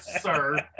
sir